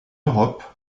europe